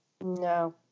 no